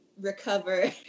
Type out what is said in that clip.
recover